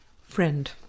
Friend